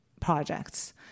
projects